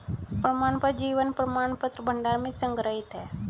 प्रमाणपत्र जीवन प्रमाणपत्र भंडार में संग्रहीत हैं